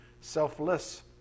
Selfless